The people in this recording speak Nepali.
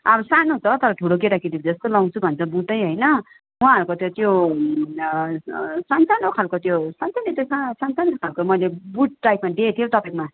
अब सानो छ तर ठुलो केटा केटी जस्तो लगाउँछु भन्छ बुट होइन उहाँहरूको त त्यो सान्सानो खाले त्यो सान्सानो त्यो सान्सानो खाले मैले बुट टाइपमा देखेको थिएँ हौ तपाईँकोमा